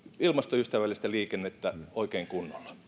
ilmastoystävällistä liikennettä oikein kunnolla